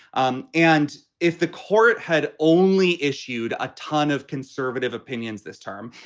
um and if the court had only issued a ton of conservative opinions this term,